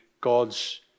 God's